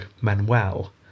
Manuel